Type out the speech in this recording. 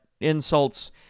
insults